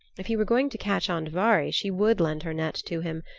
if he were going to catch andvari she would lend her net to him.